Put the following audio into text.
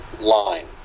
line